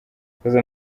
yakoze